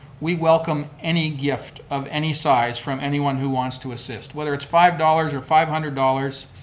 we welcome any gift of any size from anyone who wants to assist, whether it's five dollars or five hundred dollars,